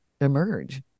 emerge